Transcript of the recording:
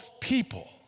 people